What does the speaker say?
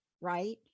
right